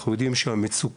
אנחנו יודעים שהמצוקות,